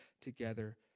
together